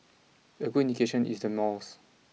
a good indication is the malls